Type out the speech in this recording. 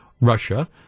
Russia